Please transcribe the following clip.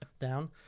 down